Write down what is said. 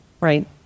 Right